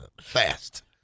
Fast